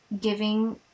giving